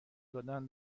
دادن